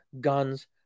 guns